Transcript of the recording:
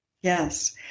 Yes